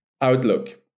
Outlook